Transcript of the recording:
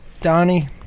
Donnie